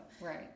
Right